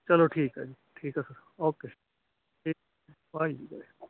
ਚਲੋ ਠੀਕ ਹੈ ਜੀ ਠੀਕ ਆ ਫਿਰ ਓਕੇ ਜੀ ਬਾਏ ਜੀ ਬਾਏ